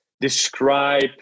describe